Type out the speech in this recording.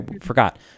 forgot